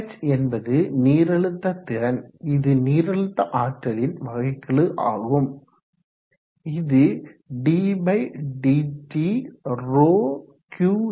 Ph என்பது நீரழுத்த திறன் இது நீரழுத்த ஆற்றலின் வகைக்கெழு ddt of the hydraulic energy ஆகும்